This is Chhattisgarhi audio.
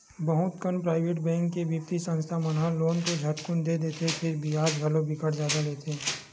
बहुत कन पराइवेट बेंक के बित्तीय संस्था मन ह लोन तो झटकुन दे देथे फेर बियाज घलो बिकट जादा लेथे